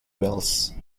wells